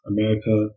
America